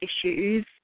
issues